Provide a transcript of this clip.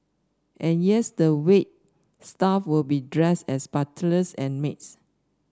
and years the wait staff will be dressed as butlers and maids